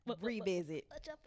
revisit